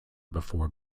before